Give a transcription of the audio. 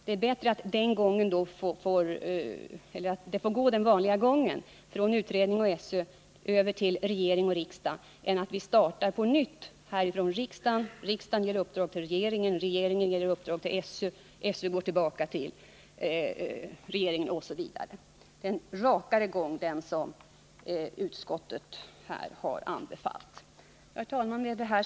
Det är bättre att frågorna får gå den vanliga vägen, från utredning och SÖ över till regering och riksdag, än att vi startar på nytt i riksdagen, varpå riksdagen ger uppdrag tillregeringen, regeringen till SÖ, SÖ går tillbaka till regeringen osv. Den väg som utskottet har anbefallt är rakare. Herr talman!